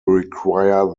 require